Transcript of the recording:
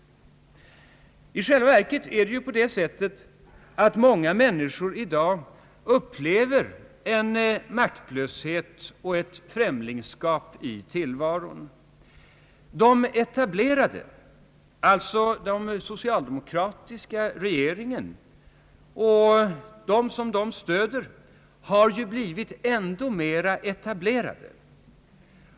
I själva verket upplever många män niskor i dag en maktlöshet och ett främlingskap i tillvaron. De etablerade, alltså den socialdemokratiska regeringen och de som stöder den, har blivit ännu mera etablerade.